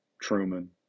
Truman